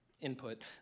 input